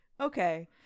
Okay